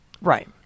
right